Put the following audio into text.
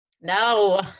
No